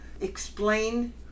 explain